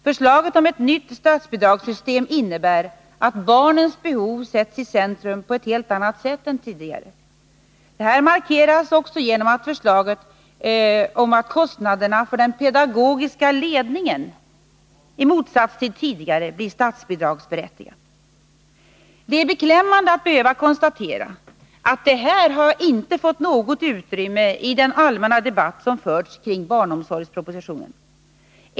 Förslaget om ett nytt statsbidragssystem innebär att barnens behov sätts i centrum på ett helt annat sätt än tidigare. Detta markeras också genom förslaget om att kostnaderna för den pedagogiska ledningen, i motsats till tidigare, blir statsbidragsberättigade. Det är beklämmande att behöva konstatera att detta inte fått något utrymme i den allmänna debatt som förts kring barnomsorgspropositionen.